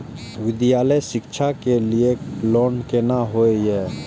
विद्यालय शिक्षा के लिय लोन केना होय ये?